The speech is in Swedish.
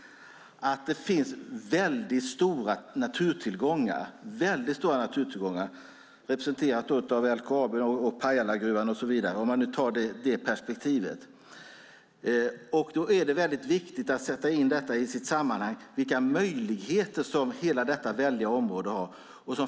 Det finns väldigt stora naturtillgångar, representerade av LKAB, Pajalagruvan och så vidare, om man nu har det perspektivet. Då är det viktigt att sätta in detta i dess sammanhang och se vilka möjligheter som hela detta väldiga område har.